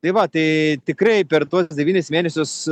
tai va tai tikrai per tuos devynis mėnesius